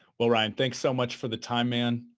well, ryan, thanks so much for the time, man.